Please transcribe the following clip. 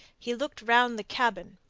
he looked round the cabin,